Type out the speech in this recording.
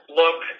look